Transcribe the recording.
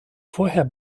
vorher